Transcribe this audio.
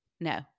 No